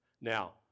Now